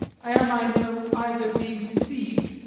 i am, i know, either being deceived,